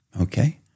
okay